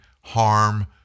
harm